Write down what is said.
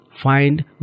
find